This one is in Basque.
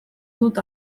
dut